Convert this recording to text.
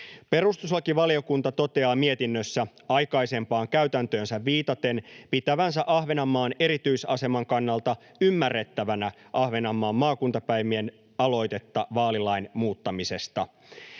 Perustuslakivaliokunta toteaa mietinnössä aikaisempaan käytäntöönsä viitaten pitävänsä Ahvenanmaan erityisaseman kannalta ymmärrettävänä Ahvenanmaan maakuntapäivien aloitetta vaalilain muuttamisesta.